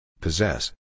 Possess